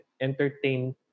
entertain